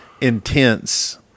intense